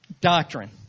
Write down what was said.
doctrine